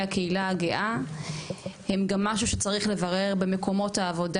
הקהילה הגאה הם גם משהו שצריך לברר במקומות העבודה.